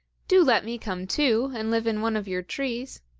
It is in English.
do let me come too, and live in one of your trees.